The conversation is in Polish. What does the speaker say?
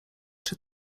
czy